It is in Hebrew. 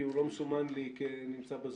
כי הוא לא מסומן לי כנמצא בזום.